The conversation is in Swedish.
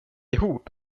ihop